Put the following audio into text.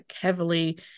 heavily